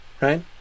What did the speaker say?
right